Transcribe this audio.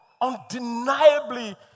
undeniably